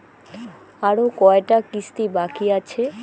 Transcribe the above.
আরো কয়টা কিস্তি বাকি আছে?